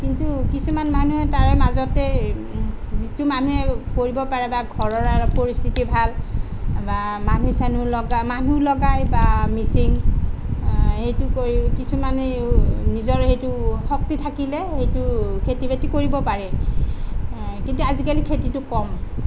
কিন্তু কিছুমান মানুহে তাৰে মাজতে যিটো মানুহে কৰিব পাৰে বা ঘৰৰ আৰু পৰিস্থিতি ভাল বা মানুহ চানুহ লগা মানুহ লগাই বা মেচিন এইটো কৰি কিছুমানে নিজৰ সেইটো শক্তি থাকিলে এইটো খেতি বাতি কৰিব পাৰে কিন্তু আজিকালি খেতিটো কম